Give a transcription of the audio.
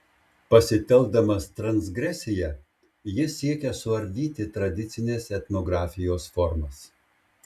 pasitelkdamas transgresiją jis siekia suardyti tradicinės etnografijos formas